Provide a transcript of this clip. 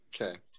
Okay